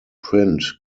print